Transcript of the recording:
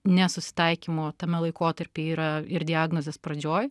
nesusitaikymo tame laikotarpyje yra ir diagnozės pradžioj